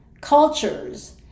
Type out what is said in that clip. cultures